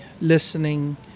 listening